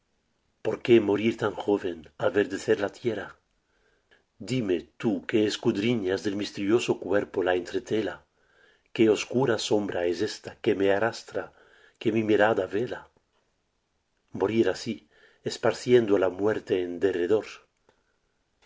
por qué morir tan joven al verdecer la tierra dime tú que escudriñas del misterioso cuerpo la entretela qué oscura sombra es ésta que me arrastra que mi mirada vela morir así esparciendo la muerte